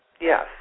yes